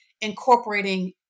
incorporating